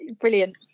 brilliant